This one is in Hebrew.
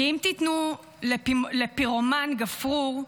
כי אם תיתנו לפירומן גפרור,